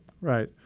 right